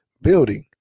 building